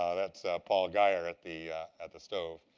ah that's paul guyer at the at the stove.